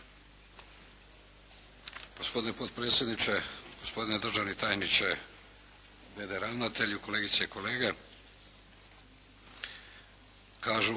Gospodine potpredsjedniče, gospodine državni tajniče, ravnatelju, kolegice i kolege. Evo